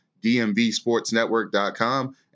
dmvsportsnetwork.com